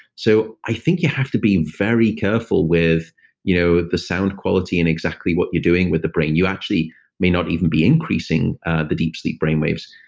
so i think you have to be very careful with you know the sound quality and exactly what you're doing with the brain. you actually may not even be increasing the deep sleep brainwaves.